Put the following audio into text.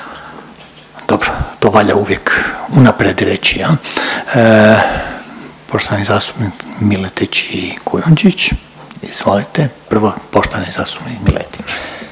Dobro, to valja uvijek unaprijed reći jel. Poštovani zastupnik Miletić i Kujundžić, izvolite. Prvo poštovani zastupnik Miletić.